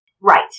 Right